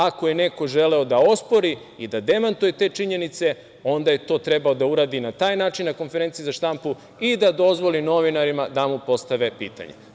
Ako je neko želeo da ospori i da demantuje te činjenice onda je to trebao da uradi na taj način na konferenciji za štampu i da dozvoli novinarima da mu postave pitanja.